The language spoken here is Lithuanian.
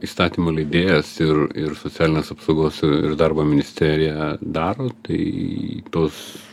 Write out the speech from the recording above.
įstatymų leidėjas ir ir socialinės apsaugos ir darbo ministerija daro tai tos